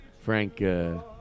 Frank